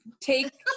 take